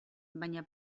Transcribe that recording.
baina